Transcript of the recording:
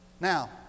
Now